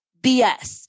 BS